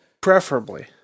Preferably